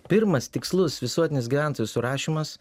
pirmas tikslus visuotinis gyventojų surašymas